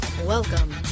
Welcome